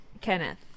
Kenneth